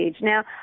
Now